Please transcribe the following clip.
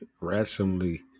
rationally